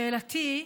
שאלותיי: